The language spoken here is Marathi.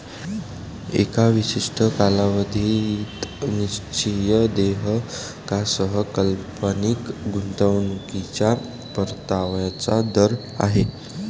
एका विशिष्ट कालावधीत निश्चित देयकासह काल्पनिक गुंतवणूकीच्या परताव्याचा दर आहे